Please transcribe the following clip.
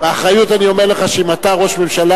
באחריות אני אומר לך שאם אתה ראש ממשלה